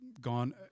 gone